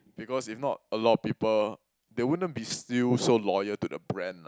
because if not a lot of people they wouldn't be still so loyal to the brand lah